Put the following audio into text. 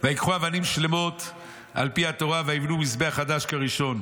"וייקחו אבנים שלמות על פי התורה ויבנו מזבח חדש כראשון".